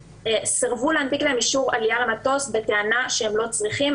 סרבו להנפיק להם אישור עלייה למטוס בטענה שהם לא צריכים.